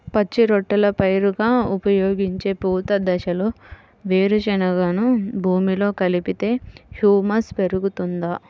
పచ్చి రొట్టెల పైరుగా ఉపయోగించే పూత దశలో వేరుశెనగను భూమిలో కలిపితే హ్యూమస్ పెరుగుతుందా?